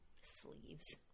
sleeves